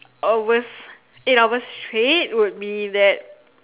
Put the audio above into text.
hours eight hours straight would be that